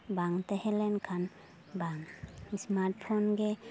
ᱵᱟᱝ ᱛᱟᱦᱮᱸ ᱞᱮᱱᱠᱷᱟᱱ ᱵᱟᱝ ᱥᱢᱟᱴ ᱯᱷᱳᱱ ᱜᱮ